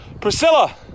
Priscilla